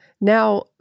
now